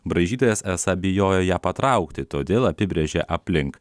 braižytojas esą bijojo ją patraukti todėl apibrėžė aplink